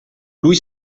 lui